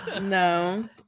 no